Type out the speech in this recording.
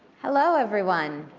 hello, everyone,